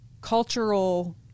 cultural